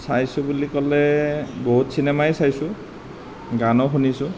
চাইছোঁ বুলি ক'লে বহুত চিনেমাই চাইছোঁ গানো শুনিছোঁ